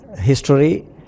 history